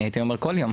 אני הייתי אומר כל יום,